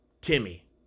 Timmy